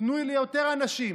תנו ליותר אנשים.